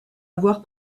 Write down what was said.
avoir